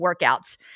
workouts